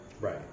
right